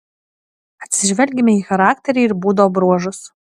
atsižvelgiame į charakterį ir būdo bruožus